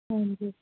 ਲਉਂਗੇ